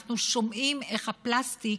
אנחנו שומעים איך הפלסטיק,